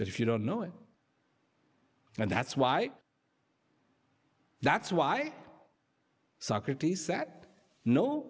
but if you don't know it and that's why that's why socrates that kno